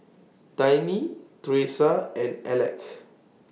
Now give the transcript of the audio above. Tiny Theresa and Aleck